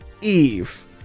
Eve